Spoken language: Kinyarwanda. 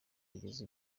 ageze